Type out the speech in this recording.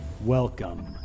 Welcome